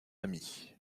amies